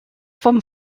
vom